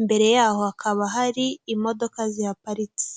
imbere y’aho hakaba hari imodoka ziparitse.